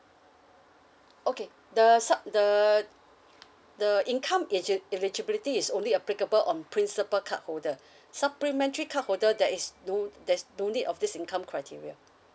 okay the sup~ the the income egi~ eligibility is only applicable on principal card holder supplementary card holder there is no there's no need of this income criteria